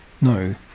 No